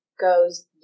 goes